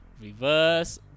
Reverse